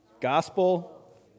gospel